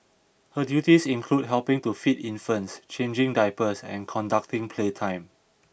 her duties included helping to feed infants changing diapers and conducting playtime